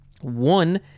One